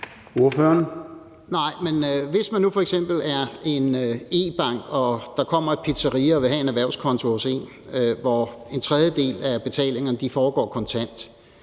hvis man nu f.eks. er en e-bank og der kommer et pizzeria, som vil have en erhvervskonto hos en, og hvor en tredjedel af betalingerne foregår kontant,